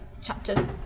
chapter